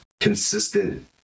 consistent